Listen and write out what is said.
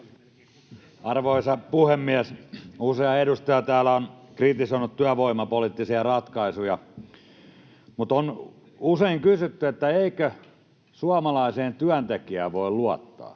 Arvoisa puhemies! Usea edustaja täällä on kritisoinut työvoimapoliittisia ratkaisuja, mutta on usein kysytty, eikö suomalaiseen työntekijään voi luottaa,